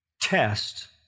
test